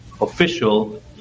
official